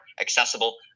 accessible